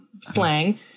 slang